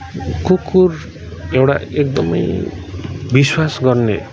कुकुर एउटा एकदमै विश्वास गर्ने